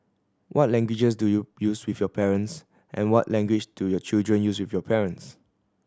what languages do you use with your parents and what language do your children use with your parents